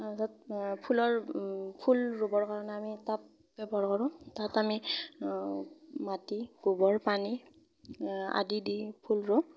তাৰপাছত ফুলৰ ফুল ৰুবৰ কাৰণে আমি টাব ব্যৱহাৰ কৰোঁ তাত আমি মাটি গোবৰ পানী আদি দি ফুল ৰুওঁ